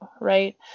Right